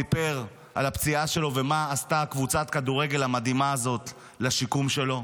סיפר על הפציעה שלו ומה עשתה קבוצת הכדורגל המדהימה הזאת לשיקום שלו.